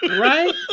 right